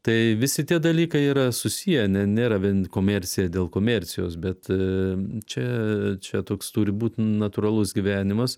tai visi tie dalykai yra susiję nėra vien komercija dėl komercijos bet čia čia toks turi būt natūralus gyvenimas